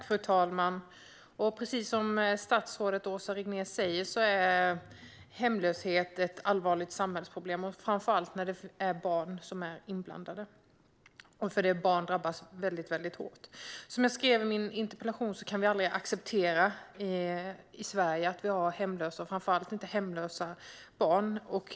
Fru talman! Precis som statsrådet Åsa Regnér säger är hemlöshet ett allvarligt samhällsproblem, framför allt när barn är inblandade. Dessa barn drabbas väldigt hårt. Som jag skrev i min interpellation kan vi aldrig acceptera hemlöshet i Sverige, framför allt inte hemlösa barn.